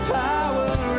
power